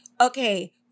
okay